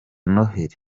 noheli